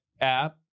app